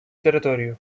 територію